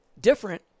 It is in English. different